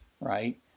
right